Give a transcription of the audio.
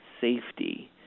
safety